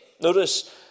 Notice